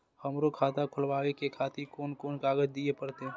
हमरो खाता खोलाबे के खातिर कोन कोन कागज दीये परतें?